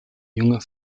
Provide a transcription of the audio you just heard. junger